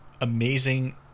amazing